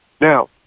Now